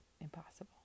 impossible